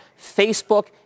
Facebook